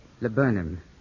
Laburnum